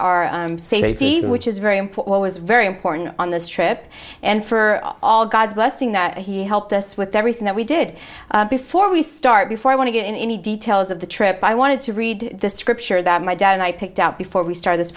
safety which is very important was very important on this trip and for all god's blessing that he helped us with everything that we did before we start before i want to get into any details of the trip i wanted to read the scripture that my dad and i picked out before we start this